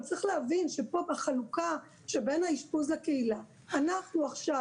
אבל צריך להבין שפה בחלוקה שבין האשפוז לקהילה אנחנו עכשיו,